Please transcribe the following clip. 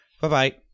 Bye-bye